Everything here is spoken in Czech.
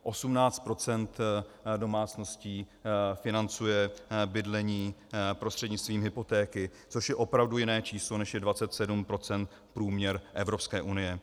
18 % domácností financuje bydlení prostřednictvím hypotéky, což je opravdu jiné číslo, než je 27 % průměr Evropské unie.